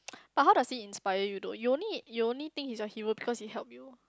but how does he inspire you though you only you only think he's a hero because he help you